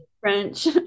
French